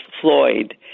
Floyd